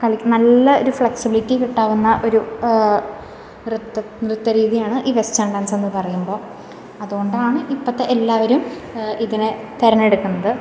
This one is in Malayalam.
കളി നല്ല ഒരു ഫ്ലെക്സിബിളിറ്റി കിട്ടാവുന്ന ഒരു നൃത്തം നൃത്തരീതിയാണ് ഈ വെസ്റ്റേൺ ഡാൻസെന്ന് പറയുമ്പോൾ അതോണ്ടാണ് ഇപ്പൊഴത്തെ എല്ലാവരും ഇതിനെ തെരഞ്ഞെടുക്കുന്നത്